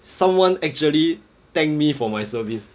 someone actually thank me for my service